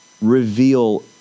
reveal